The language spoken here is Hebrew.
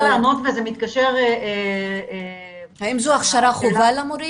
לענות וזה מתקשר --- האם זו הכשרה חובה למורים?